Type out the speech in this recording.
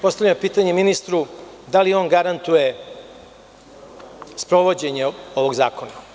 Postavljam pitanje ministru da li on garantuje sprovođenje ovog zakona?